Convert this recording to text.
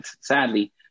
sadly